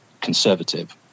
conservative